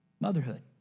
motherhood